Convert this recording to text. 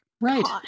Right